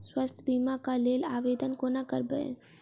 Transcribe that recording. स्वास्थ्य बीमा कऽ लेल आवेदन कोना करबै?